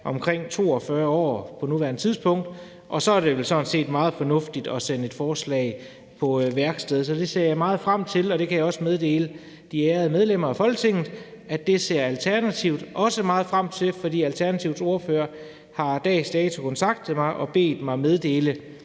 omkring 42 år på nuværende tidspunkt – og så er det vel sådan set meget fornuftigt at sende et forslag på værksted. Så det ser jeg meget frem til. Jeg kan også meddele de ærede medlemmer af Folketinget, at det ser Alternativet også meget frem til, for Alternativets ordfører har dags dato kontaktet mig og bedt mig meddele,